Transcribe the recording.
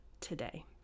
today